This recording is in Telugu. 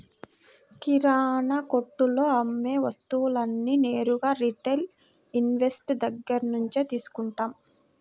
కిరణాకొట్టులో అమ్మే వస్తువులన్నీ నేరుగా రిటైల్ ఇన్వెస్టర్ దగ్గర్నుంచే తీసుకుంటాం